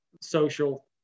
social